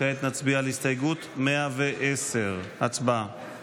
כעת נצביע על הסתייגות 110. הצבעה.